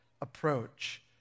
approach